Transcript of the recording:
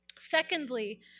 Secondly